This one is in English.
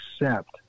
accept